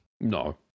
No